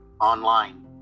online